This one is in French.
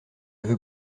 veux